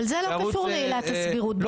אבל זה לא קשור לעילת הסבירות,